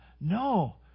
No